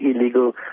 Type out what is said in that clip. illegal